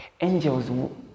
Angels